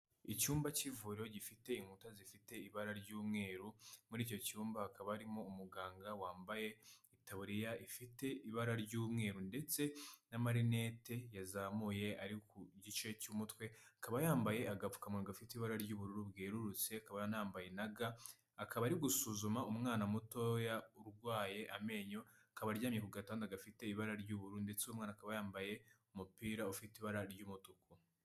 Icyumba cy'ivuriro gifite inkuta zifite ibara ry'umweru, muri icyo cyumba hakaba harimo umuganga wambaye itaburiya ifite ibara ry'umweru ndetse n'amarinete yazamuye ari ku gice cy'umutwe, akaba yambaye agapfukamanwa gafite ibara ry'ubururu bwerurutse, akaba anambaye na ga, akaba ari gusuzuma umwana mutoya urwaye amenyo, akaba aryamye ku gatanda gafite ibara ry'ubururu ndetse uwo mwana akaba yambaye umupira ufite ibara ry'umutuku.